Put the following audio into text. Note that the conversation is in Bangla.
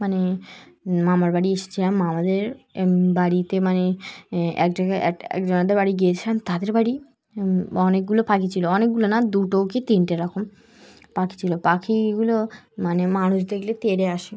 মানে মামার বাড়ি এসেছিলাম মামাদের বাড়িতে মানে এক জায়গায় এক একজদের বাড়ি গিয়েছিলাম তাদের বাড়ি অনেকগুলো পাখি ছিলো অনেকগুলো না দুটো কি তিনটে রকম পাখি ছিলো পাখিগুলো মানে মানুষ দেখলে তেড়ে আসে